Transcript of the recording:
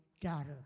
daughter